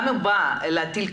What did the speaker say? תמיד.